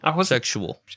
Sexual